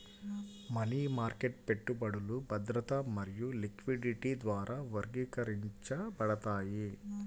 money market పెట్టుబడులు భద్రత మరియు లిక్విడిటీ ద్వారా వర్గీకరించబడతాయి